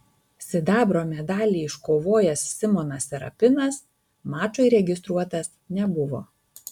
sidabro medalį iškovojęs simonas serapinas mačui registruotas nebuvo